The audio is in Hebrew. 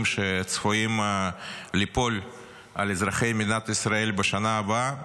שצפויים ליפול על אזרחי מדינת ישראל בשנה הבאה,